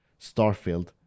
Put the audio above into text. Starfield